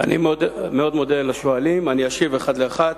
אני מודה מאוד לשואלים ואני אשיב, אחד-אחד.